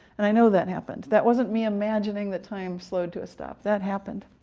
and i know that happened that wasn't me imagining that time slowed to a stop. that happened.